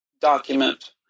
document